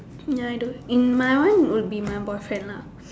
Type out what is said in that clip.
ya I do in my one would be my boyfriend lah